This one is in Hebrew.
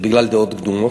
בגלל דעות קדומות.